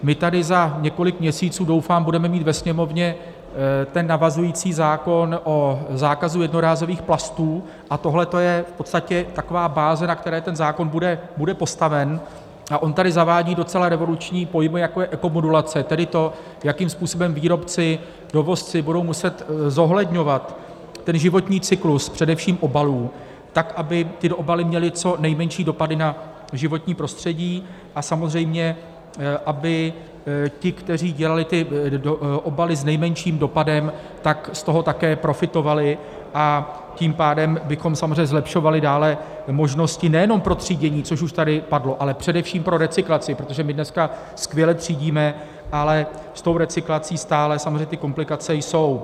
My tady za několik měsíců, doufám, budeme mít ve Sněmovně ten navazující zákon o zákazu jednorázových plastů a tohle je v podstatě taková báze, na které ten zákon bude postaven, a on tady zavádí docela revoluční pojmy, jako je ekomodulace, tedy to, jakým způsobem výrobci, dovozci budou muset zohledňovat ten životní cyklus především obalů tak, aby tyto obaly měly co nejmenší dopady na životní prostředí a samozřejmě, aby ti, kteří dělali ty obaly s nejmenším dopadem, tak z toho také profitovali, a tím pádem bychom samozřejmě zlepšovali dále možnosti nejenom pro třídění, což už tady padlo, ale především pro recyklaci, protože my dneska skvěle třídíme, ale s tou recyklací stále samozřejmě ty komplikace jsou.